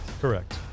Correct